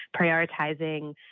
prioritizing